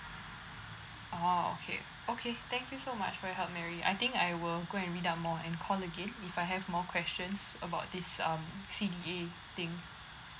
oh okay okay thank you so much for your help mary I think I will go and read up more and call again if I have more questions about this um C_D_A thing